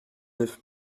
neuf